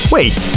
Wait